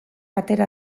atera